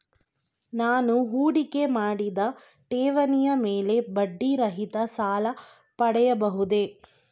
ನಾನು ಹೂಡಿಕೆ ಮಾಡಿದ ಠೇವಣಿಯ ಮೇಲೆ ಬಡ್ಡಿ ರಹಿತ ಸಾಲ ಪಡೆಯಬಹುದೇ?